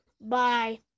bye